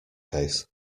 case